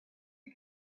you